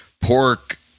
pork